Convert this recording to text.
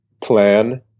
plan